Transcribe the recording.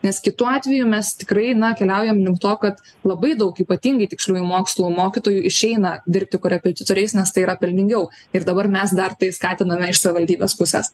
nes kitu atveju mes tikrai na keliaujam link to kad labai daug ypatingai tiksliųjų mokslų mokytojų išeina dirbti korepetitoriais nes tai yra pelningiau ir dabar mes dar tai skatiname iš savivaldybės pusės